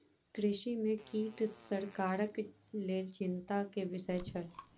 कृषि में कीट सरकारक लेल चिंता के विषय छल